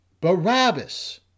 Barabbas